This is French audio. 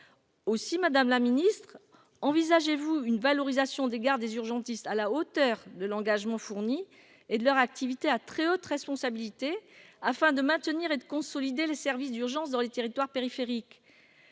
aussi, Madame la Ministre : envisagez-vous une valorisation des gares, des urgentistes à la hauteur de l'engagement fourni et de leur activité à très haute responsabilité afin de maintenir et de consolider les services d'urgence dans les territoires périphériques,